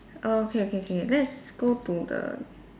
err okay okay okay let's go to the